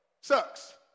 sucks